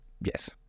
Yes